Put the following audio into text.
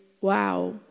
wow